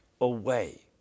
away